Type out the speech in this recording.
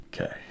Okay